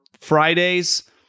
Fridays